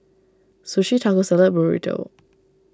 Sushi Taco Salad Burrito